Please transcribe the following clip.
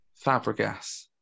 Fabregas